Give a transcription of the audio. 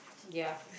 ya